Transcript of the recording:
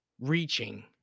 reaching